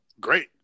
great